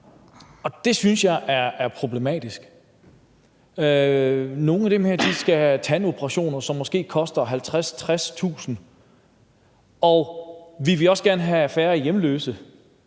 og det synes jeg er problematisk. Nogle af dem her skal have tandoperationer, som måske koster 50.000-60.000 kr., og vi vil også gerne have færre hjemløse.